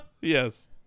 Yes